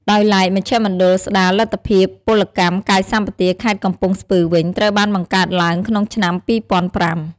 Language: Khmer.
ដោយឡែក មជ្ឈមណ្ឌលស្ដារលទ្ធភាពពលកម្មកាយសម្បទាខេត្តកំពង់ស្ពឺវិញ ត្រូវបានបង្កើតឡើងក្នុងឆ្នាំ ២០០៥។